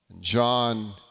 John